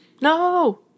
No